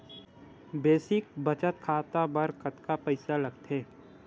Basic बचत खाता बर कतका पईसा लगथे?